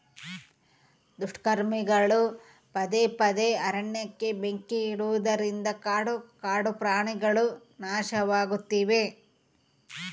ದುಷ್ಕರ್ಮಿಗಳು ಪದೇ ಪದೇ ಅರಣ್ಯಕ್ಕೆ ಬೆಂಕಿ ಇಡುವುದರಿಂದ ಕಾಡು ಕಾಡುಪ್ರಾಣಿಗುಳು ನಾಶವಾಗ್ತಿವೆ